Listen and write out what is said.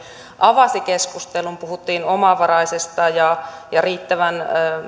avasi keskustelun puhuttiin omavaraisesta ja ja riittävän